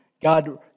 God